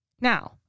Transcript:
Now